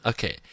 Okay